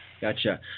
Gotcha